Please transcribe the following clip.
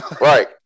right